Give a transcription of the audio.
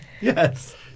Yes